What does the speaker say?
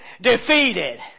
defeated